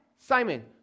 Simon